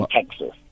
Texas